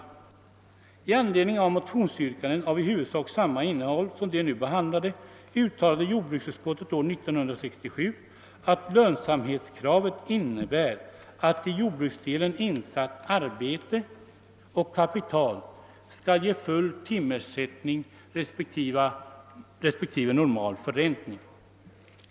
I anledning av motionsyrkanden med i huvudsak samma innehåll som de nu behandlade uttalade jordbruksutskottet år 1967, att lönsamhetskravet innebär att i jordbruksdelen insatt arbete och kapital skall ge full timersättning respektive normal förräntning.